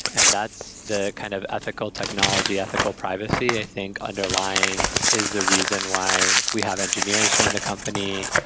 and that's the kind of ethical technology, ethical privacy. i think, underlying, is the reason why we have engineers join the company.